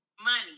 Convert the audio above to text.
money